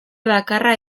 bakarra